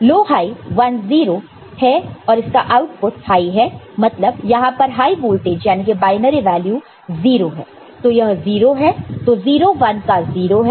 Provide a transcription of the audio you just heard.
लो high 1 0 है और इसका आउटपुट हाई है मतलब यहां पर हाई वोल्टेज याने की बायनरी वैल्यू 0 है तो यह 0 है तो 0 1 का 0 0 0 का 0 है